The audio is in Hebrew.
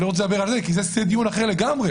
זה דיון אחר לגמרי.